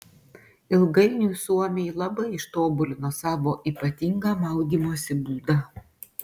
ilgainiui suomiai labai ištobulino savo ypatingą maudymosi būdą